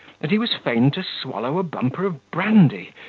that he was fain to swallow a bumper of brandy,